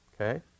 Okay